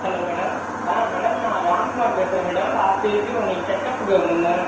hello madam ஆ madam நான் ராம்குமார் பேசுகிறேன் மேடம் லாஸ்ட்டு வீக்கு உங்களுட்ட செக்கப்புக்கு வந்திருந்தேன்